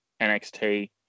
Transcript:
NXT